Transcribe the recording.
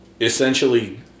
essentially